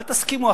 אל תסכימו,